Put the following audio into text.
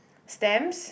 stamps